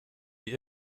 wie